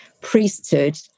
priesthood